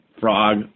frog